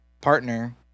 partner